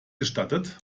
gestattet